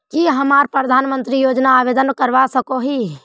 की हमरा प्रधानमंत्री योजना आवेदन करवा सकोही?